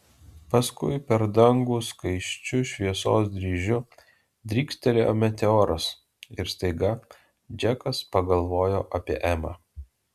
paskui per dangų skaisčiu šviesos dryžiu drykstelėjo meteoras ir staiga džekas pagalvojo apie emą